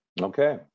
Okay